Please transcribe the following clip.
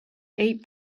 eight